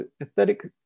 aesthetic